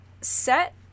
set